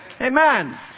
Amen